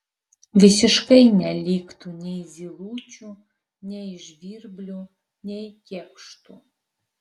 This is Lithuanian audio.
visiškai neliktų nei zylučių nei žvirblių nei kėkštų